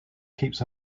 keeps